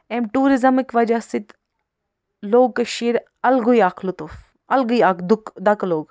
أمۍ ٹوٗرِزمٕکۍ وجہہ سۭتۍ لُگ کشیٖرِ الگٕے اکھ لُطُف الگٕے اکھ دکہٕ لوٚگ